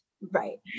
right